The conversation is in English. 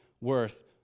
worth